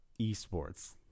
eSports